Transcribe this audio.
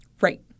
right